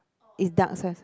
it's dark sauce